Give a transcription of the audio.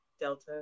delta